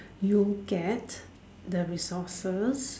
you get the resources